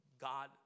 God